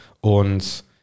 und